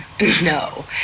No